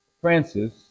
Francis